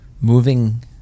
moving